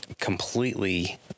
Completely